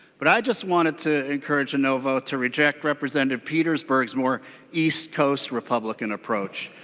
but i just wanted to encourage a no vote to reject representative petersburg's war east coast public and approach.